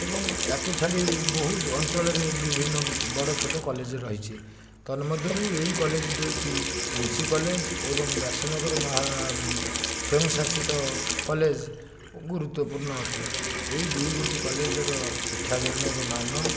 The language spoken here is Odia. ଏବଂ ଏହାକୁ ଛାଡ଼ି ବହୁତ ଅଞ୍ଚଳରେ ବିଭିନ୍ନ ବଡ଼ ଛୋଟ କଲେଜ ରହିଛି ତନ୍ମଧ୍ୟରୁ ଏଇ କଲେଜ ଦୁଇଟି ଏନ୍ ସି କଲେଜ ଏବଂ ବ୍ୟାସନଗର ମହା ସ୍ୱୟଂଶାସିତ କଲେଜ ଗୁରୁତ୍ୱପୂର୍ଣ୍ଣ ଅଟେ ଏହି ଦୁଇଗୋଟି କଲେଜର ଶିକ୍ଷାଦାନର ମାନ